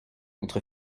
notre